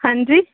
ਹਾਂਜੀ